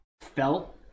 felt